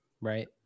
right